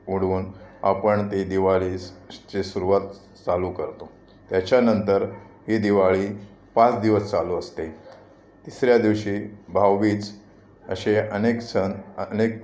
उडवून आपण ती दिवाळी स शी ची सुरुवात चालू करतो त्याच्या नंतर ही दिवाळी पाच दिवस चालू असते तिसऱ्या दिवशी भाऊबीज असे अनेक सण अनेक